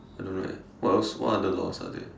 I don't know eh what else what other laws are there